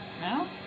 No